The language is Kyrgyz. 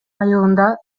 айылында